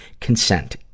Consent